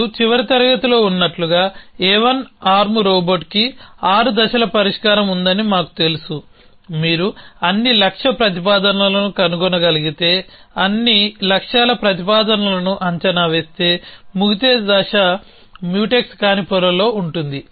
మీరు చివరి తరగతిలో ఉన్నట్లుగా A1 ఆర్మ్ రోబోట్కి ఆరు దశల పరిష్కారం ఉందని మాకు తెలుసుమీరు అన్ని లక్ష్య ప్రతిపాదనలను కనుగొనగలిగితే అన్ని లక్ష్యాల ప్రతిపాదనలను అంచనా వేస్తే ముగిసే దశ మ్యూటెక్స్ కాని పొరలో ఉంటుంది